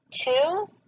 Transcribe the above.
Two